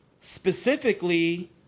specifically